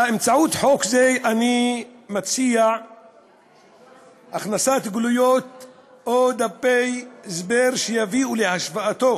באמצעות חוק זה אני מציע הכנסת גלויות או דפי הסבר שיביאו להשוואתו